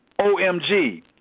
OMG